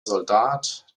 soldat